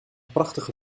prachtige